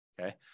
Okay